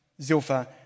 Zilpha